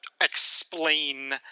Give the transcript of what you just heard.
explain